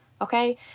Okay